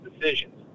decisions